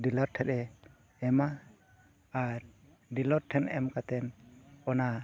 ᱴᱷᱮᱡᱮ ᱮᱢᱟ ᱟᱨ ᱴᱷᱮᱱ ᱮᱢ ᱠᱟᱛᱮᱫ ᱚᱱᱟ